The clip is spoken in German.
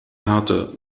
härte